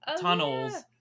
tunnels